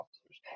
officers